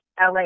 LA